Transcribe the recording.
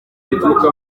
rituruka